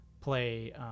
play